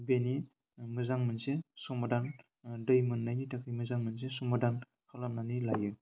बेनि मोजां मोनसे समादान दै मोन्नायनि थाखाय मोजां मोनसे समादान खालामनानै लायो